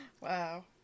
Wow